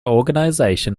organization